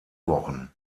wochen